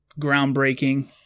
groundbreaking